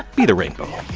be the rainbow